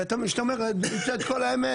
ואתה אומר צריך לשמוע את כל האמת